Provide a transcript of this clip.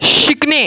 शिकणे